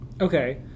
Okay